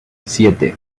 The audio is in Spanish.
siete